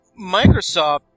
Microsoft